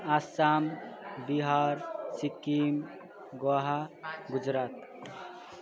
Assam Bihar Sikkim Guwahati Gujarat